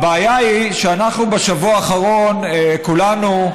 הבעיה היא שאנחנו בשבוע האחרון, כולנו,